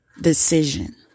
decision